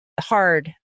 hard